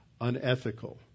unethical